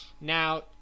Now